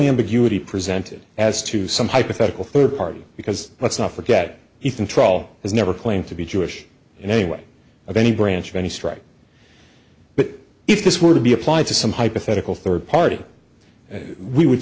ambiguity presented as to some hypothetical third party because let's not forget ethan troll has never claimed to be jewish in any way of any branch of any stripe but if this were to be applied to some hypothetical third party that we would